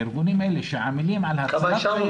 הארגונים האלה שעמלים על --- כמה אישרנו?